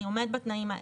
אני עומד בתנאים האלה,